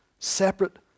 Separate